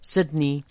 Sydney